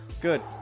Good